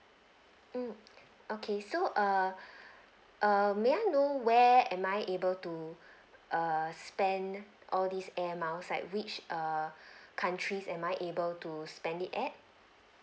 mm okay so err um may I know where am I able to err spend all these air miles like which err countries am I able to spend it at